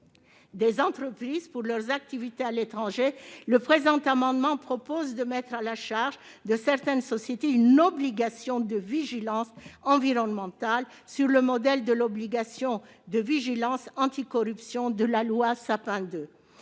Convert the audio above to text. des entreprises pour leurs activités à l'étranger, le présent amendement vise à mettre à la charge de certaines sociétés une obligation de vigilance environnementale, sur le modèle de l'obligation de vigilance anti-corruption de la loi Sapin II.